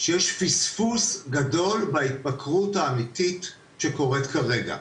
שיש פספוס גדול בהתמכרות האמיתי שקורית כרגע.